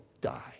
die